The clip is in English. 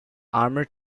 armor